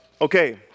Okay